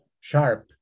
sharp